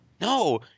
No